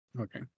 Okay